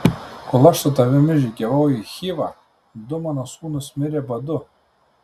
kol aš su tavimi žygiavau į chivą du mano sūnūs mirė badu